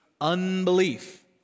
Unbelief